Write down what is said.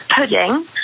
pudding